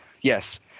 Yes